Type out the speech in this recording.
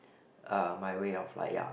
uh my way of like ya